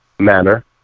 manner